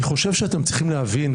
אני חושב שאתם צריכים להבין,